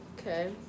Okay